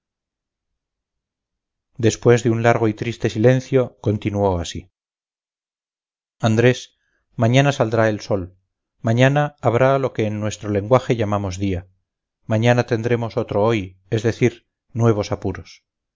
después de un largo y triste silencio continuó así andrés mañana saldrá el sol mañana habrá lo que en nuestro lenguaje llamamos día mañana tendremos otro hoy es decir nuevos apuros